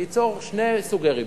שני סוגי ריבית,